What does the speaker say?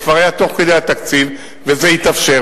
זה כבר היה תוך כדי התקציב וזה התאפשר,